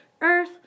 earth